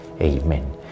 Amen